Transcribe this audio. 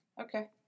okay